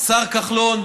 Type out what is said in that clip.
השר כחלון,